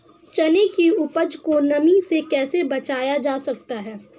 चने की उपज को नमी से कैसे बचाया जा सकता है?